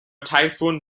typhoon